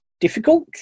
difficult